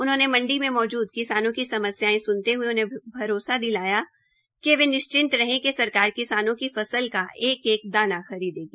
उन्होंने मंडी में मौजूद किसानों की समस्याएं सुनते हुए उन्हें भरोसा दिलाया कि वे निश्चिंत रहे कि सरकार किसानों की फसल का एक एक दाना खरीदेगी